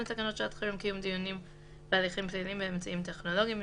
לתקנות שעת חירום (קיום דיונים בהליכים פליליים באמצעים טכנולוגיים),